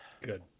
good